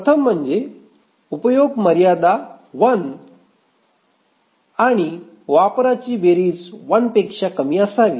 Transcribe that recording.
प्रथम म्हणजे उपयोग मर्यादित 1 वापराची बेरीज 1 पेक्षा कमी असावी